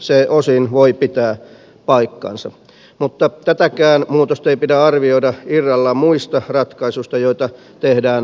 se osin voi pitää paikkansa mutta tätäkään muutosta ei pidä arvioida irrallaan muista ratkaisuista joita tehdään puolustusvoimiin liittyen